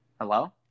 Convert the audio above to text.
hello